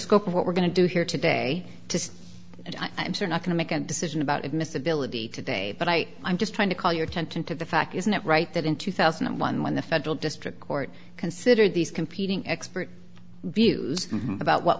scope of what we're going to do here today to i'm sure not going to make a decision about admissibility today but i i'm just trying to call your attention to the fact isn't it right that in two thousand and one when the federal district court considered these competing expert views about what